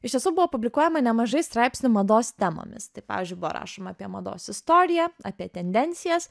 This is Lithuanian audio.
iš tiesų buvo publikuojama nemažai straipsnių mados temomis tai pavyzdžiui buvo rašoma apie mados istoriją apie tendencijas